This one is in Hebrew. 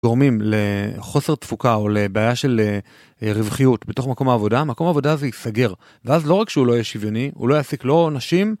גורמים לחוסר תפוקה או לבעיה של רווחיות בתוך מקום עבודה, מקום עבודה זה ייסגר ואז לא רק שהוא לא יהיה שוויוני הוא לא יעסיק לא נשים.